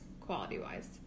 quality-wise